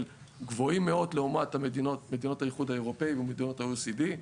גבוהים מאוד לעומת מדינות האיחוד האירופי ומדינות ה-OECD.